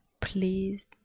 please